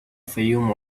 fayoum